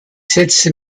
setzte